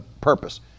purpose